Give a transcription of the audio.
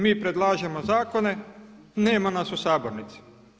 Mi predlažemo zakone nema nas u sabornici.